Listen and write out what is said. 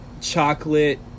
chocolate